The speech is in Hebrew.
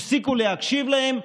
הפסיקו להקשיב להם,